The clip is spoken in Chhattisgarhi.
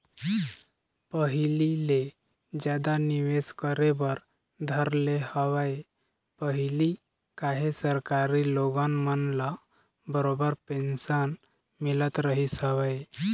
पहिली ले जादा निवेश करे बर धर ले हवय पहिली काहे सरकारी लोगन मन ल बरोबर पेंशन मिलत रहिस हवय